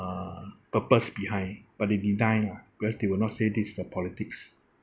purpose behind but they deny lah because they will not say this the politics